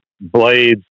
blades